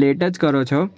late જ કરો છો